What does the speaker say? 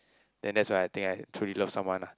then that's why I think I truly love someone ah